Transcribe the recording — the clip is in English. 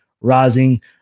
rising